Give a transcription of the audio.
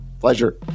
Pleasure